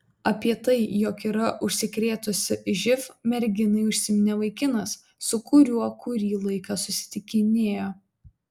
apie tai jog yra užsikrėtusi živ merginai užsiminė vaikinas su kuriuo kurį laiką susitikinėjo